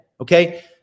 okay